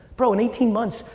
bro, in eighteen months,